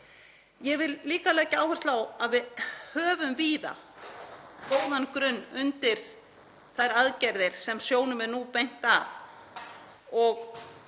Ég vil líka leggja áherslu á að við höfum víða góðan grunn undir þær aðgerðir sem sjónum er nú beint að.